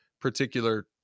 particular